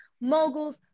Moguls